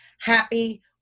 happy